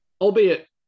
albeit